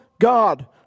God